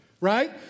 right